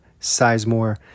Sizemore